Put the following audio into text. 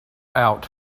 out